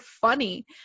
funny